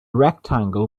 rectangle